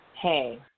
Hey